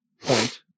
point